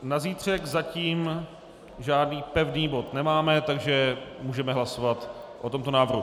Na zítřek zatím žádný pevný nemáme, takže můžeme hlasovat o tomto návrhu.